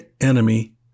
enemy